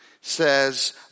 says